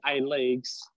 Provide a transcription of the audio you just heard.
A-Leagues